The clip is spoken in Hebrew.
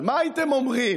העות'מאנית?